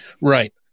Right